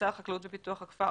שר החקלאות ופיתוח הכפר